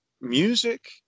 music